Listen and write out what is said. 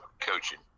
coaching